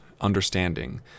understanding